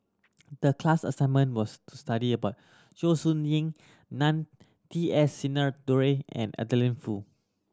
the class assignment was to study about Zhou Ying Nan T S Sinnathuray and Adeline Foo